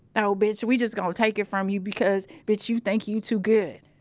no, bitch. we just gonna take it from you because, bitch, you think you too good.